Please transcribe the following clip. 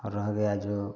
और रह गया जो